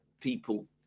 people